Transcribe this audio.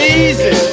easy